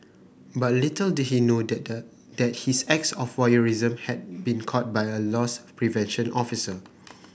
but little did he know that that his acts of voyeurism had been caught by a loss prevention officer